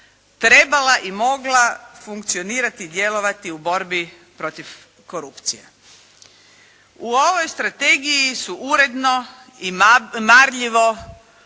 trebala i mogla funkcionirati, djelovati u borbi protiv korupcije. U ovoj strategiji su uredno i marljivo